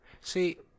See